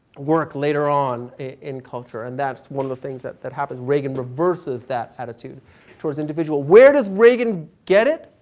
work later on in culture. and that's one of the things that that happened. reagan reverses that attitude towards individual. where does reagan get it?